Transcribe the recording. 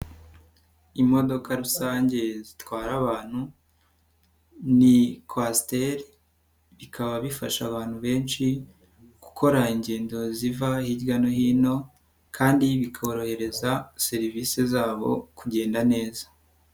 Imodoka rusange zitwara abantu ni kwasiteri bikaba bifasha abantu benshi gukora ingendo ziva hirya no hino kandi bikorohereza serivisi zabo kugenda neza.